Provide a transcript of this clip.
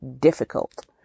difficult